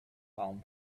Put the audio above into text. palm